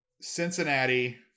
Cincinnati